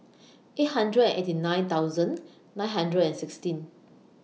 eight hundred and eighty nine thousand nine hundred and sixteen